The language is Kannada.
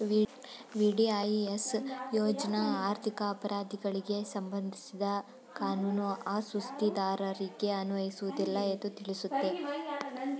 ವಿ.ಡಿ.ಐ.ಎಸ್ ಯೋಜ್ನ ಆರ್ಥಿಕ ಅಪರಾಧಿಗಳಿಗೆ ಸಂಬಂಧಿಸಿದ ಕಾನೂನು ಆ ಸುಸ್ತಿದಾರರಿಗೆ ಅನ್ವಯಿಸುವುದಿಲ್ಲ ಎಂದು ತಿಳಿಸುತ್ತೆ